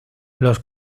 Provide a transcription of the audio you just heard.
los